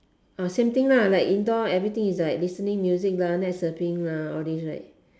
uh same thing lah like indoor everything is like listening music lah net surfing lah all this right